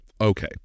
Okay